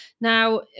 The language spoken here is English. Now